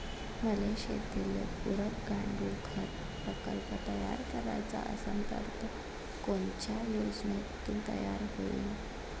मले शेतीले पुरक गांडूळखत प्रकल्प तयार करायचा असन तर तो कोनच्या योजनेतून तयार होईन?